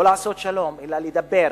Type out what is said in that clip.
לא לעשות שלום אלא לדבר